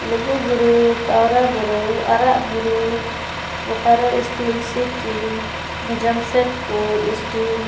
Lugu Buru Pawra Buru Arag Buru Bokaro steel city Jamshedpur steel